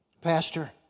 Pastor